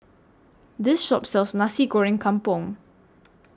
This Shop sells Nasi Goreng Kampung